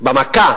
במכה